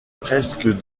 presque